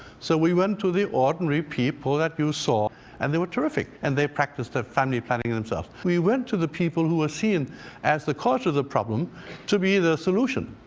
so, we went to the ordinary people that you saw and they were terrific and they practiced their family planning themselves. we went to the people who were seen as the cause of the problem to be the solution.